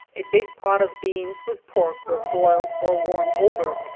a big pot of beans with pork was boiled or warmed over.